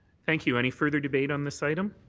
thank you, any further debate on this item?